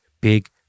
big